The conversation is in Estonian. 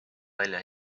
välja